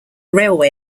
railway